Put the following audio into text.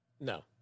No